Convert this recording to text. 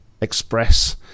express